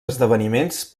esdeveniments